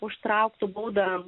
užtrauktų baudą